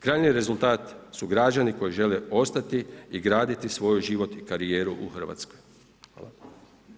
Krajnji rezultat su građani koji žele ostati i graditi svoj život i karijeru u Hrvatskoj.